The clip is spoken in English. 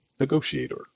negotiator